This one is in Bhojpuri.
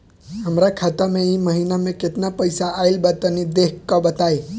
हमरा खाता मे इ महीना मे केतना पईसा आइल ब तनि देखऽ क बताईं?